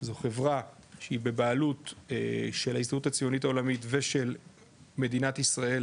זו חברה שהיא בבעלות של ההסתדרות הציונית העולמית ושל מדינת ישראל,